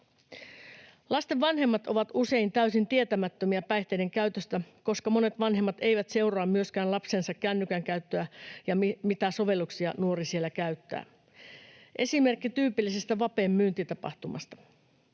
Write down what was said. Lasten vanhemmat ovat usein täysin tietämättömiä päihteiden käytöstä, koska monet vanhemmat eivät seuraa myöskään lapsensa kännykän käyttöä ja sitä, mitä sovelluksia nuori siellä käyttää. Esimerkki tyypillisestä vapen myyntitapahtumasta: